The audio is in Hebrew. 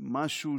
משהו